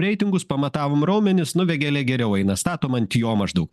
reitingus pamatavom raumenis nu vėgėlė geriau eina statom ant jo maždaug